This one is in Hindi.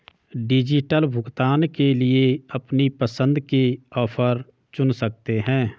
डिजिटल भुगतान के लिए अपनी पसंद के ऑफर चुन सकते है